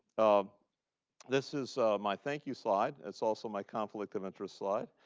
um this is my thank-you slide. it's also my conflict-of-interest slide.